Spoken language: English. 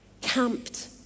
camped